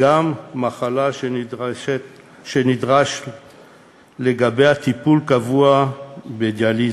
גם מחלה שנדרש לגביה טיפול קבוע בדיאליזה.